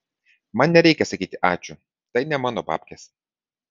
man nereikia sakyti ačiū tai ne mano babkės